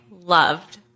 loved